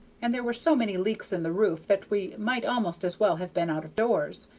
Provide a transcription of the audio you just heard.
and there were so many leaks in the roof that we might almost as well have been out of doors.